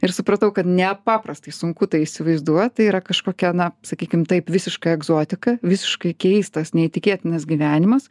ir supratau kad nepaprastai sunku tai įsivaizduot tai yra kažkokia na sakykim taip visiška egzotika visiškai keistas neįtikėtinas gyvenimas